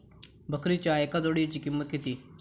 बकरीच्या एका जोडयेची किंमत किती?